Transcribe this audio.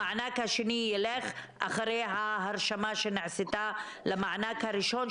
המענק השני ילך אחרי ההרשמה שנעשתה למענק הראשון,